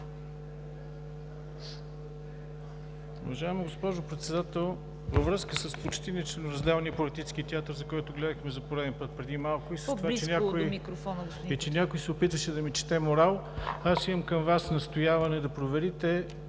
Уважаема госпожо Председател, във връзка с почти нечленоразделния политически театър, който гледахме за пореден път преди малко, и с това, че някой се опитваше да ми чете морал, аз имам към Вас настояване да проверите